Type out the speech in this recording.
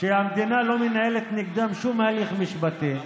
שהמדינה לא מנהלת נגדם שום הליך משפטי,